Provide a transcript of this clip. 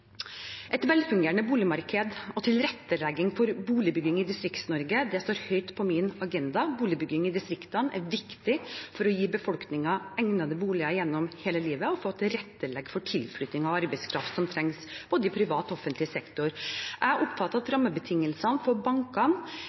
Et velfungerende boligmarked og tilrettelegging for boligbygging i Distrikts-Norge står høyt på min agenda. Boligbygging i distriktene er viktig for å gi befolkningen egnede boliger gjennom hele livet og for å tilrettelegge for tilflytting av arbeidskraft som trengs i både privat og offentlig sektor. Jeg er opptatt av at rammebetingelsene for bankene